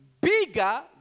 bigger